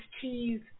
cheese